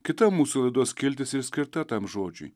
kita mūsų laidos skiltis ir skirta tam žodžiui